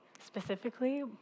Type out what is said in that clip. specifically